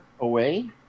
away